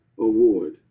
award